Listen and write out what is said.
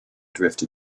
drift